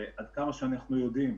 עד כמה שאנחנו יודעים,